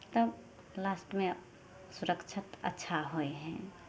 तब लास्टमे सुरक्षा तऽ अच्छा होइ हइ